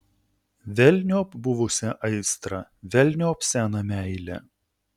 velniop buvusią aistrą velniop seną meilę